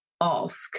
ask